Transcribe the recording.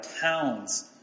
towns